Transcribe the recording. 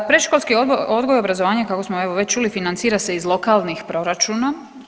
Predškolski odgoj i obrazovanje kako smo evo već čuli financira se iz lokalnih proračuna.